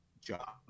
job